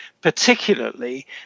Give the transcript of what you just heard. particularly